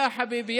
יא חביבי,